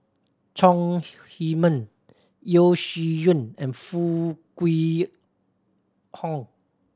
Chong Heman Yeo Shih Yun and Foo Kwee Horng